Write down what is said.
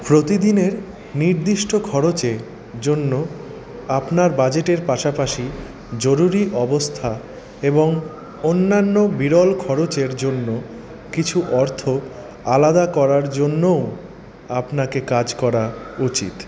প্রতিদিনের নির্দিষ্ট খরচের জন্য আপনার বাজেটের পাশাপাশি জরুরী অবস্থা এবং অন্যান্য বিরল খরচের জন্য কিছু অর্থ আলাদা করার জন্যও আপনাকে কাজ করা উচিত